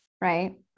right